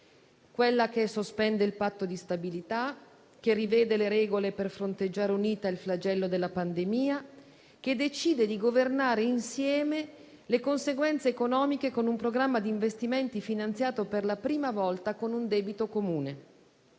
quella che sospende il Patto di stabilità, che rivede le regole per fronteggiare unita il flagello della pandemia, che decide di governare insieme le conseguenze economiche, con un programma di investimenti finanziato per la prima volta con un debito comune.